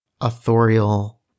authorial